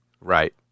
right